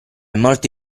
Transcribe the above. molto